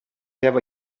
have